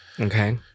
Okay